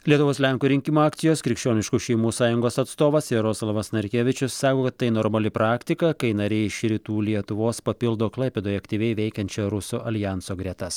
lietuvos lenkų rinkimų akcijos krikščioniškų šeimų sąjungos atstovas jaroslavas narkevičius sako kad tai normali praktika kai nariai iš rytų lietuvos papildo klaipėdoje aktyviai veikiančio rusų aljanso gretas